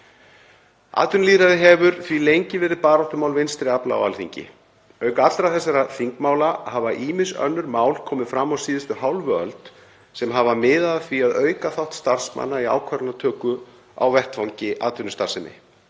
Atvinnulýðræði hefur því lengi verið baráttumál vinstri afla á Alþingi. Auk allra þessara þingmála hafa ýmis önnur mál komi fram á síðustu hálfu öld sem hafa miðað að því að auka þátt starfsmanna í ákvarðanatöku á vettvangi atvinnustarfsemi.